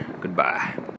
goodbye